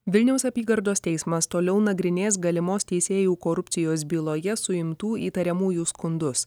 vilniaus apygardos teismas toliau nagrinės galimos teisėjų korupcijos byloje suimtų įtariamųjų skundus